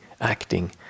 acting